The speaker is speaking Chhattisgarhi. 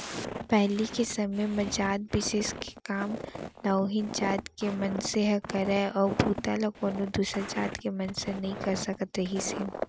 पहिली के समे म जात बिसेस के काम ल उहींच जात के मनसे ह करय ओ बूता ल कोनो दूसर जात के मनसे नइ कर सकत रिहिस हे